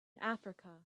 africa